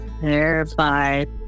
terrified